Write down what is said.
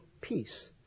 peace